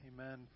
Amen